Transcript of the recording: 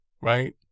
right